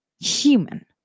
human